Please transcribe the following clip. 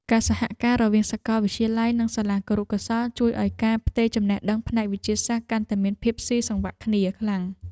ការសហការរវាងសាកលវិទ្យាល័យនិងសាលាគរុកោសល្យជួយឱ្យការផ្ទេរចំណេះដឹងផ្នែកវិទ្យាសាស្ត្រកាន់តែមានភាពស៊ីសង្វាក់គ្នាខ្លាំង។